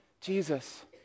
Jesus